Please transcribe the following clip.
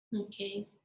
Okay